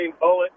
bullet